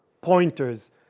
pointers